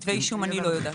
לא.